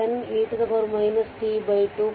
4 10 e t2